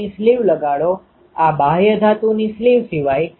તેથી આ પેટર્નનો વર્ગ એ પાવર પેટર્ન થશે